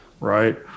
Right